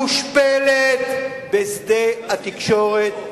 מושפלת בשדה התקשורת,